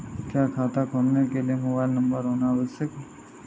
क्या खाता खोलने के लिए मोबाइल नंबर होना आवश्यक है?